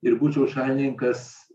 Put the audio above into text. ir būčiau šalininkas